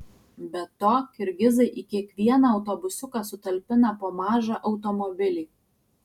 be to kirgizai į kiekvieną autobusiuką sutalpina po mažą automobilį